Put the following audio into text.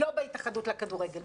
אבל לא בהתאחדות לכדורגל.